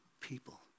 people